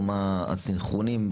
מה הסנכרונים?